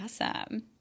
Awesome